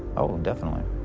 oh, definitely.